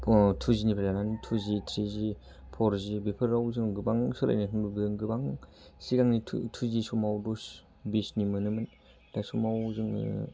टुजिनिफ्राय लानानै टुजि थ्रिजि फरजि बेफोराव जों गोबां सोलायनायखौ नुबोदों गोबां सिगांनि टुजि समावबो दस बिसनि मोनोमोन बे समाव जोङो